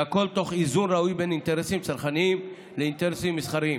והכול תוך איזון ראוי בין האינטרסים הצרכניים לאינטרסים המסחריים.